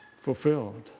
fulfilled